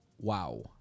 Wow